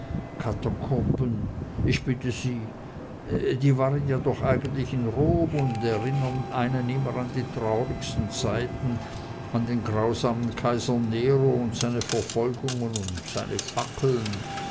katakomben ich bitte sie die waren ja doch eigentlich in rom und erinnern einen immer an die traurigsten zeiten an den grausamen kaiser nero und seine verfolgungen und seine fackeln